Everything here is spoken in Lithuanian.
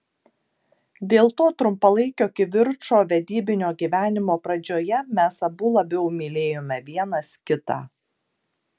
dėl to trumpalaikio kivirčo vedybinio gyvenimo pradžioje mes abu labiau mylėjome vienas kitą